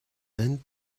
and